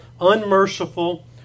unmerciful